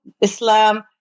Islam